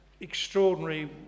extraordinary